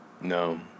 no